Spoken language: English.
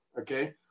okay